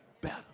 better